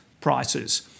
prices